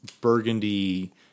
burgundy